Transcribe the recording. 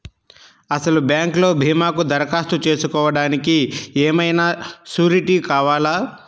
అసలు బ్యాంక్లో భీమాకు దరఖాస్తు చేసుకోవడానికి ఏమయినా సూరీటీ కావాలా?